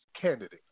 candidate